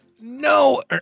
No